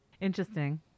interesting